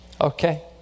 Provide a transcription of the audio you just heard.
Okay